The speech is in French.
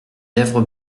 lèvres